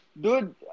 Dude